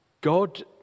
God